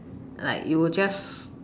like you will just